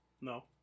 No